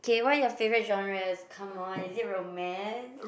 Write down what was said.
okay what are your favourite genres come on is it romance